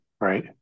Right